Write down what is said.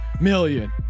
million